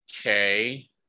Okay